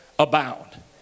abound